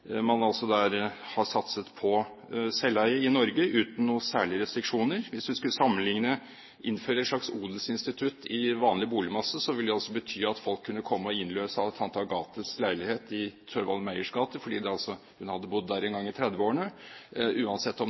har satset på selveie i Norge, uten noen særlige restriksjoner. Hvis man skulle sammenligne, altså innføre et slags odelsinstitutt i vanlig boligmasse, ville det bety at folk kunne komme og innløse tante Agathes leilighet i Thorvald Meyers gate fordi hun hadde bodd der en gang i 1930-årene, uansett om